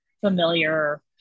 familiar